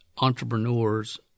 entrepreneurs